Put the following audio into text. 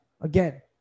Again